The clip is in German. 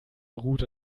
route